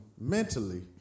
mentally